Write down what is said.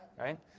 right